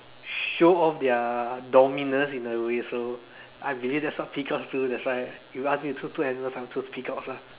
show off their dominance in a way so I believe what that's peacocks do that's why if you ask me choose two animals I'll choose peacocks lor